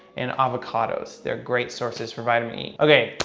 and avocados. they're great sources for vitamin e. okay,